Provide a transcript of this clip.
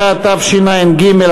12) (תקציב דו-שנתי לשנים 2013